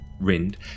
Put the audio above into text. Rind